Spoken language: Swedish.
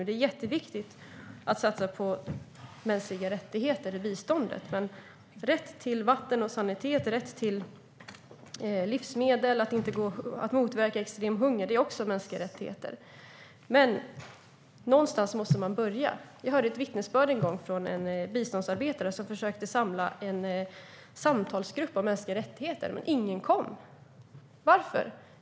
Det är jätteviktigt att satsa på mänskliga rättigheter i biståndet, men rätt till vatten och sanitet, rätt till livsmedel och att motverka extrem hunger är också mänskliga rättigheter. Någonstans måste man börja. Jag hörde ett vittnesbörd en gång från en biståndsarbetare som försökte bilda en samtalsgrupp för att tala om mänskliga rättigheter, men ingen kom. Varför?